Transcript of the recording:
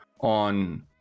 on